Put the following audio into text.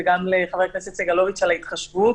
וגם לחבר הכנסת סגלוביץ' על ההתחשבות.